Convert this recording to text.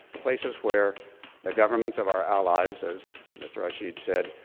places where the governments of our allies, as mr. rashid said,